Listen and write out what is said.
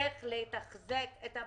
איך לתחזק את המעונות,